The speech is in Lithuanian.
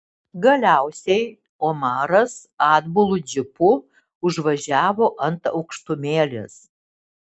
galiausiai omaras atbulu džipu užvažiavo ant aukštumėlės